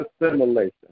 assimilation